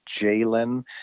Jalen